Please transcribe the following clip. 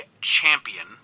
champion